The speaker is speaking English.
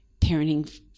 parenting